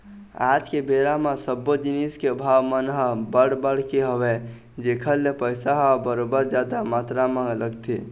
आज के बेरा म सब्बो जिनिस के भाव मन ह बड़ बढ़ गे हवय जेखर ले पइसा ह बरोबर जादा मातरा म लगथे